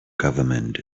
government